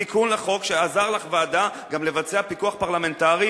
תיקון החוק שעזר לוועדה גם לבצע פיקוח פרלמנטרי